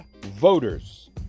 voters